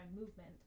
movement